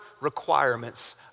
requirements